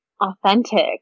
authentic